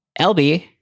Elby